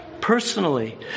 Personally